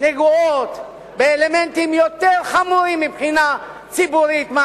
נגועות באלמנטים חמורים מבחינה ציבורית הרבה יותר